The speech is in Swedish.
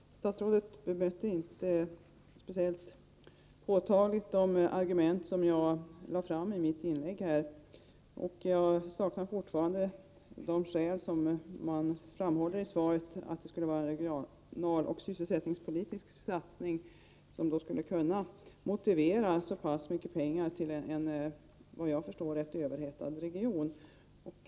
Herr talman! Statsrådet bemötte inte speciellt påtagligt de argument som jag förde fram i mitt inlägg. Jag saknar fortfarande en förklaring till de skäl som man anför i svaret, att det skulle vara en regionaloch sysselsättningspolitisk satsning som motiverade så mycket pengar till en, enligt vad jag förstår, rätt överhettad region.